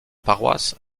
paroisse